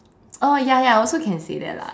oh ya ya I also can say that lah